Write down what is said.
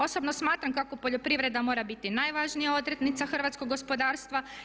Osobno smatram kako poljoprivreda mora biti najvažnija odrednica hrvatskog gospodarstva.